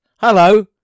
Hello